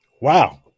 Wow